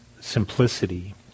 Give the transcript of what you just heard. simplicity